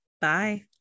Bye